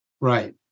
Right